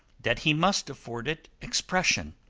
that he must afford it expression.